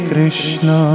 Krishna